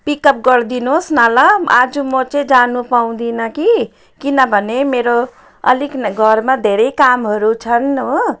pickup गरिदिनु होस् न ल आज म चाहिँ जान पाउँदिनँ कि किनभने मेरो अलिक घरमा धेरै कामहरू छन् हो